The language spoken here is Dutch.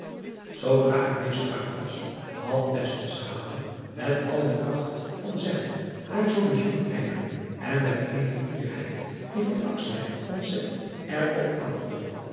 oodra er deze uit was had met al de kracht van zeggen haar zoo bijzonder eigen en met eene fierheid die ontzette er op aangedrongen